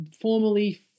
formerly